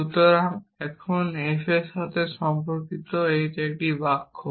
সুতরাং এখন f এর সাথে সম্পর্কিত এটি একটি বাক্য